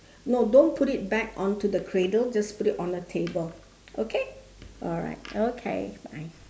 no don't put it back onto the cradle just put it on the table okay alright okay bye